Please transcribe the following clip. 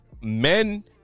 men